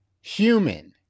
human